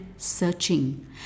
searching